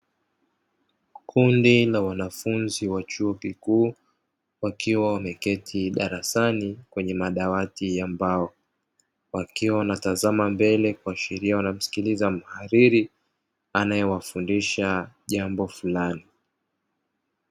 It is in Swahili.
Kundi la wanafunzi wa chuo kikuu wakiwa wameketi darasani kwenye madawati ya mbao. Wakiwa wanatazama mbele kuashiria wanamsikiliza mhadhiri anayewafundisha jambo fulani.